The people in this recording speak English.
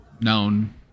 known